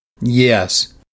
Yes